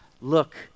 look